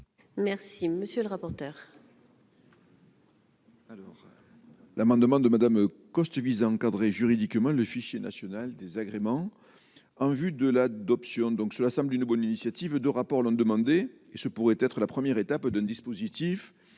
Merci, monsieur le rapporteur.